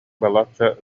балачча